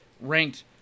ranked